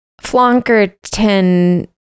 Flonkerton